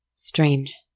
Strange